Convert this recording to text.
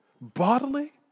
bodily